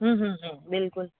हूं हूं हूं बिल्कुल